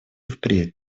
впредь